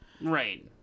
Right